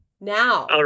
Now